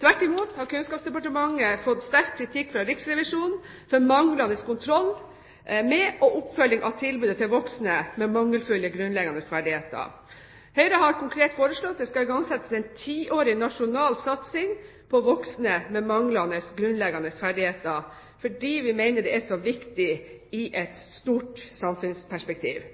Tvert imot, Kunnskapsdepartementet har fått sterk kritikk fra Riksrevisjonen for manglende kontroll med og oppfølging av tilbudet til voksne med mangelfulle grunnleggende ferdigheter. Høyre har konkret foreslått at det skal igangsettes en tiårig nasjonal satsing på voksne med manglende grunnleggende ferdigheter, fordi vi mener det er så viktig i et stort samfunnsperspektiv.